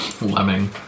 Lemming